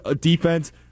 defense